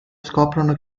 scoprono